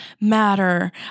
matter